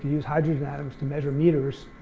use hydrogen atoms to measure meters,